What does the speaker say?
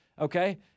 Okay